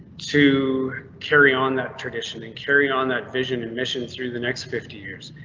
to carry on that tradition and carry on that vision and mission through the next fifty years.